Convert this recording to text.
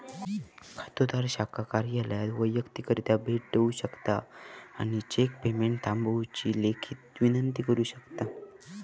खातोदार शाखा कार्यालयात वैयक्तिकरित्या भेट देऊ शकता आणि चेक पेमेंट थांबवुची लेखी विनंती करू शकता